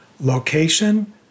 Location